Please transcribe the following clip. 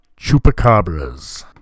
Chupacabras